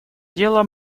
дела